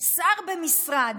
שר במשרד,